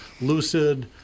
Lucid